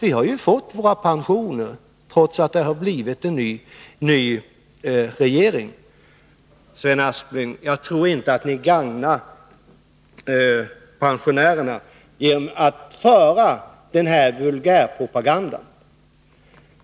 Vi har ju fått våra pensioner trots att det blivit en ny regering. Sven Aspling, jag tror inte ni gagnar pensionärerna genom att föra den här vulgärpropagandan.